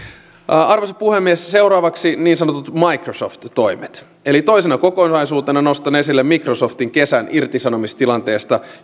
arvoisa puhemies seuraavaksi niin sanotut microsoft toimet eli toisena kokonaisuutena nostan esille microsoftin kesän irtisanomistilanteesta